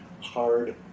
hard